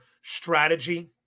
strategy